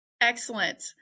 Excellent